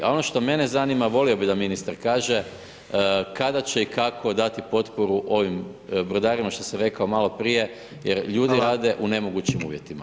A ono što mene zanima, volio bih da ministar kaže, kada će i kako dati potporu ovim brodarima šta sam rekao maloprije [[Upadica: Hvala.]] jer ljudi rade u nemogućim uvjetima.